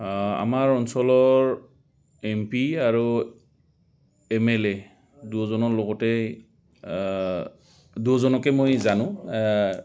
আমাৰ অঞ্চলৰ M P আৰু এম এল এ দুজনৰ লগতে দুজনকে মই জানো